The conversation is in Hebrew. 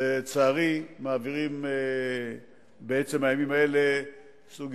לצערי, מעבירים בעצם הימים האלה סמים